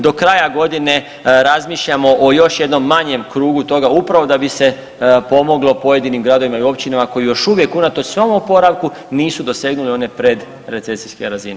Do kraja godine razmišljamo o još jednom manjem krugu toga upravo da bi se pomoglo pojedinim gradovima i općinama koji još uvijek unatoč svom oporavku nisu dosegnuli one predrecesijske razine.